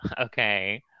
okay